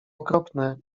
okropne